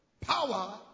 Power